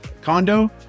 condo